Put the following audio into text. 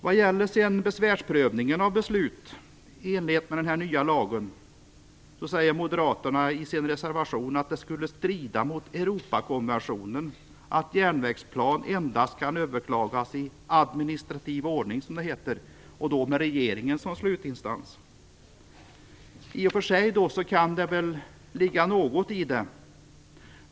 Vad gäller besvärsprövningen av beslut enligt den nya lagen säger moderaterna i sin reservation att det skulle strida mot Europakonventionen att järnvägsplan endast kan överklagas i administrativ ordning, som det heter, och då med regeringen som slutinstans. Det kan i och för sig ligga något i detta.